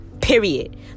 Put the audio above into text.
Period